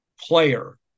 player